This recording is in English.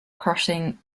crossing